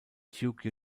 duke